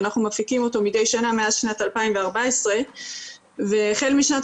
ואנחנו מפיקים אותו מדי שנה מאז שנת 2014. החל משנת